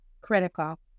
critical